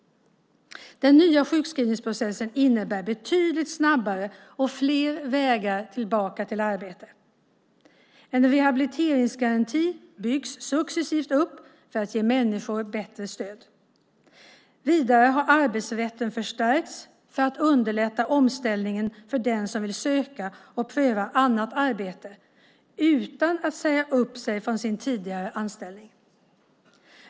Den nya sjukskrivningsprocessen innebär betydligt snabbare och fler vägar tillbaka till arbete. En rehabiliteringsgaranti byggs successivt upp för att ge människor bättre stöd. Vidare har arbetsrätten förstärkts för att underlätta omställningen för den som vill söka och pröva annat arbete utan att säga upp sig från sin tidigare anställning.